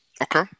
Okay